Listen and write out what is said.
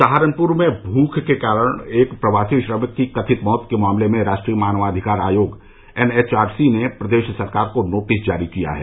सहारनपुर में भूख के कारण एक प्रवासी श्रमिक की कथित मौत के मामले में राष्ट्रीय मानवाधिकार आयोग एनएचआरसी ने प्रदेश सरकार को नोटिस जारी किया है